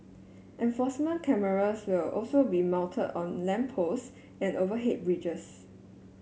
enforcement cameras will also be mounted on lamp posts and overhead bridges